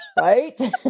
Right